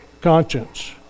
conscience